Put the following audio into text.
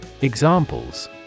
Examples